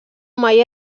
mai